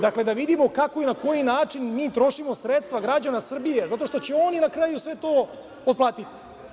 Dakle, da vidimo kako i na koji način mi trošimo sredstva građana Srbije, zato što će oni na kraju sve to otplatiti.